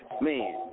Man